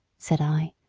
said i,